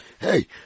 Hey